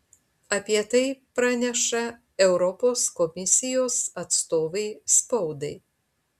apie tai praneša europos komisijos atstovai spaudai